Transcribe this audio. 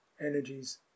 energies